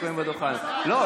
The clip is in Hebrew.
לא,